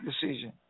decision